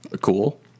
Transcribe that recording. Cool